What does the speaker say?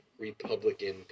Republican